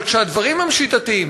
אבל כשהדברים הם שיטתיים,